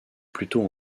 plutôt